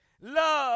love